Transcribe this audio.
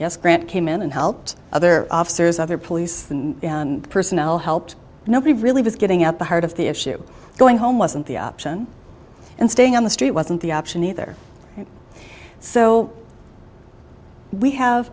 yes grant came in and helped other officers other police personnel helped nobody really was getting at the heart of the issue going home wasn't the option and staying on the street wasn't the option either so we have